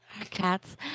cats